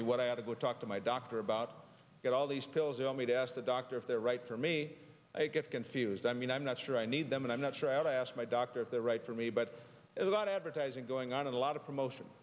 me what i have to go talk to my doctor about it all these pills on me to ask the doctor if they're right for me i get confused i mean i'm not sure i need them and i'm not sure how to ask my doctor if they're right for me but as about advertising going on and a lot of promotion